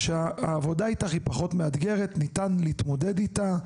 שהעבודה איתך היא פחות מאתגרת, ניתן להתמודד איתה.